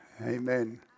amen